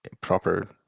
proper